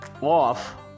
off